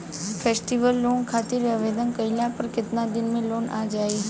Festival loan खातिर आवेदन कईला पर केतना दिन मे लोन आ जाई?